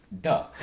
Duh